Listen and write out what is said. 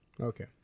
Okay